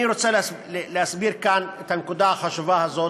אני רוצה להסביר כאן את הנקודה החשובה הזאת.